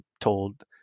told